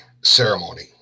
ceremony